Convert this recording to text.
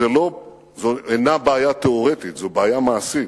זו אינה בעיה תיאורטית, זו בעיה מעשית,